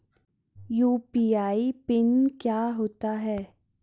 UPI PIN क्या होता है?